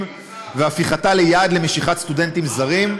והפיכתה ליעד למשיכת סטודנטים זרים.